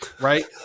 right